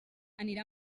anirà